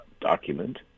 document